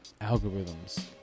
algorithms